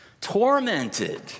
Tormented